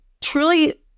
truly